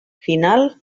final